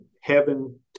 heaven